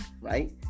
right